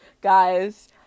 Guys